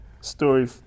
story